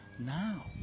Now